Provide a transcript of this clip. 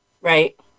Right